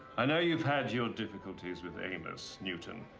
i know you've had you know difficulties with amos, newton.